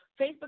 Facebook